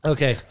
Okay